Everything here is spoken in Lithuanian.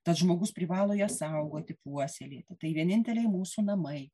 tas žmogus privalo ją saugoti puoselėti tai vieninteliai mūsų namai